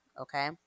Okay